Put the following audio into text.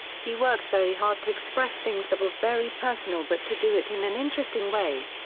he worked very hard to express things that were very personal but to do it in an interesting way.